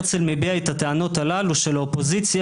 הרצל מביע את הטענות הללו של האופוזיציה